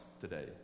today